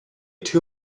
too